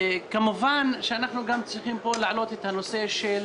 כמובן שאנחנו צריכים להעלות את הנושא של